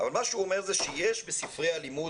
מה שהוא אומר שיש בספרי הלימוד,